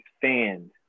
fans